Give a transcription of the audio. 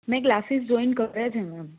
મેં classes join કર્યા છે મેમ